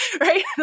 right